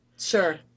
Sure